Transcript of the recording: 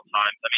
times